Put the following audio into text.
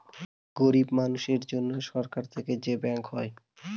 গরিব মানুষের জন্য সরকার থেকে যে ব্যাঙ্ক হয়